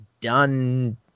done